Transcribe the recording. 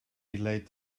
delayed